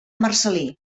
marcel·lí